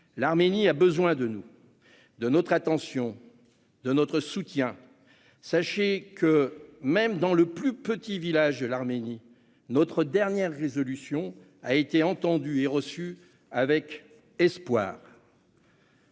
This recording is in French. L'Arménie a besoin de nous, de notre attention et de notre soutien ! Mes chers collègues, sachez que même dans le plus petit village d'Arménie, notre dernière résolution a été entendue et reçue avec espoir.